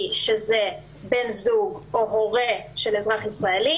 שזה בן זוג או הורה של אזרח ישראל.